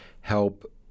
help